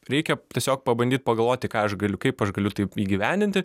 reikia tiesiog pabandyt pagalvoti ką aš galiu kaip aš galiu tai įgyvendinti